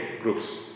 groups